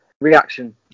reaction